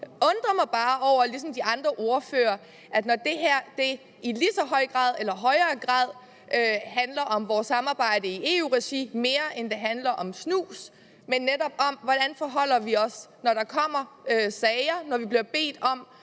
undrer mig ligesom de andre ordførere over, at når det her i lige så høj grad eller i højere grad handler om vores samarbejde i EU's regi, end det handler om snus – altså netop om, hvordan vi forholder os, når der kommer sager, når vi bliver bedt om